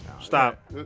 Stop